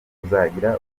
kuzagira